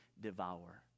devour